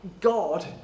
God